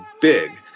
big